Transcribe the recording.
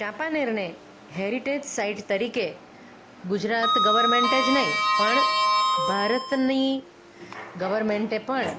ચાંપાનેરને heritage site તરીકે Gujarat government જ નહીં પણ ભારતની ગવર્મેન્ટે પણ એક